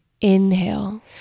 Inhale